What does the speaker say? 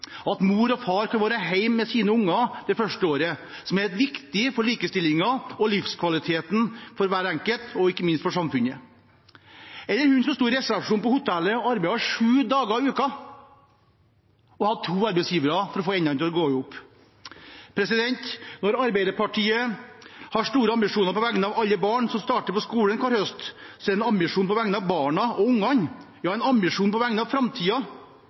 At mor og far kan være hjemme med sine barn det første året, er viktig for likestillingen og livskvaliteten for hver enkelt og ikke minst for samfunnet. En av dem som sto i resepsjonen på hotellet, arbeidet sju dager i uken og hadde to arbeidsgivere for å få endene til å gå i hop. Når Arbeiderpartiet hver høst har store ambisjoner på vegne av alle barn som starter på skolen, har vi ambisjoner på vegne av